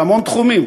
בהמון תחומים,